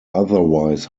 otherwise